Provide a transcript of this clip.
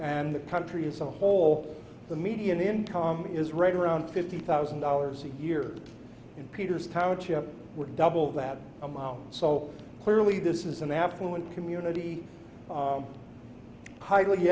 and the country as a whole the median income is right around fifty thousand dollars a year and peters township would double that amount so clearly this is an affluent community highly